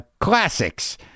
Classics